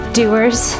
doers